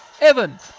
Evan